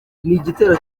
igitero